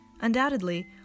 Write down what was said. undoubtedly